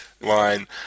line